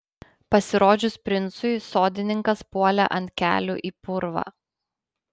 pasirodžius princui sodininkas puolė ant kelių į purvą